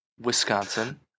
wisconsin